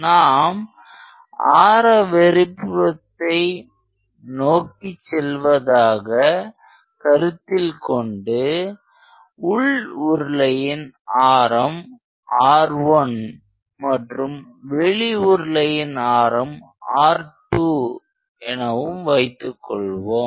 நாம் ஆர வெளிப்புறத்தை நோக்கி செல்வதாக கருத்தில் கொண்டு உள் உருளையின் ஆரம் R1 மற்றும் வெளி உருளையின் ஆரம் R2 எனவும் வைத்துக்கொள்வோம்